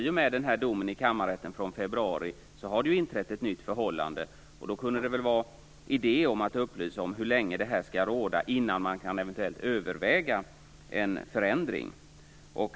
I och med domen i kammarrätten i februari har det inträtt ett nytt förhållande. Då kan det vara idé med att upplysa om hur länge det här skall råda innan man eventuellt kan överväga en förändring.